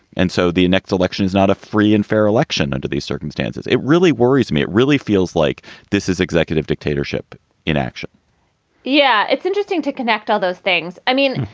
and so the next election is not a free and fair election under these circumstances. it really worries me. it really feels like this is executive dictatorship inaction yeah, it's interesting to connect all those things. i mean,